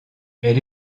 elle